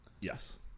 Yes